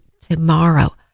tomorrow